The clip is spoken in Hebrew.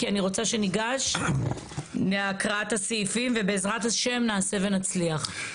כי אני רוצה שניגש להקראת הסעיפים ובעזרת השם נעשה ונצליח.